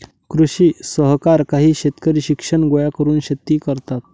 कृषी सहकार काही शेतकरी शिक्षण गोळा करून शेती करतात